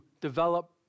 develop